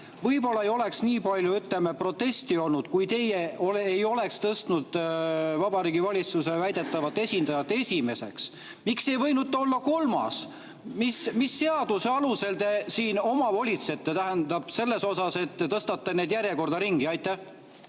Võib-olla ei oleks nii palju, ütleme, protesti olnud, kui teie ei oleks tõstnud Vabariigi Valitsuse väidetava esindaja esimeseks. Miks ei võinud ta olla kolmas? Mis seaduse alusel te siin omavolitsete, tähendab, selles osas, et te tõstate seda järjekorda ringi? Jah,